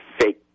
fake